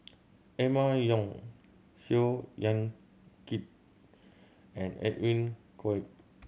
Emma Yong Seow Yit Kin and Edwin Koek